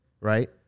right